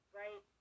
right